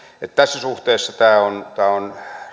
tässä suhteessa tämä on tämä on